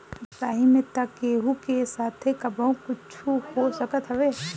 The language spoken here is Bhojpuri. राही में तअ केहू के साथे कबो कुछु हो सकत हवे